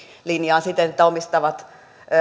linjaan siten että omistavat